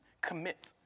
commit